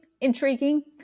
Intriguing